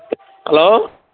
hello